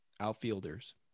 Outfielders